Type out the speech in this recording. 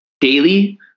daily